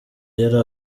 yari